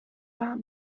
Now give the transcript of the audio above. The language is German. warm